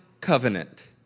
covenant